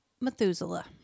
Methuselah